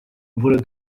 wurde